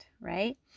right